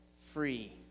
free